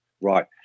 right